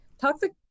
toxic